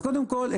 קודם כול,